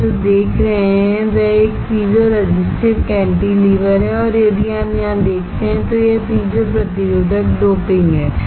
आप जो देख रहे हैं वह एक पीजों रेजिस्टिव कैंटीलेवर है और यदि आप यहां देखते हैं तो यह पीजो प्रतिरोधक डोपिंग है